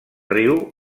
riu